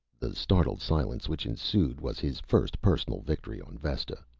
the startled silence which ensued was his first personal victory on vesta.